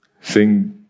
Sing